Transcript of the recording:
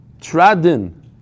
Tradin